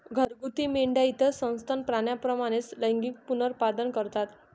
घरगुती मेंढ्या इतर सस्तन प्राण्यांप्रमाणे लैंगिक पुनरुत्पादन करतात